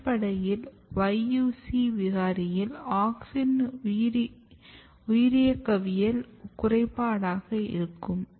அடிப்படையில் YUC விகாரையில் auxin உயிரியக்கவியல் குறைபாடாக இருக்கிறது